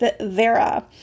Vera